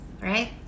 right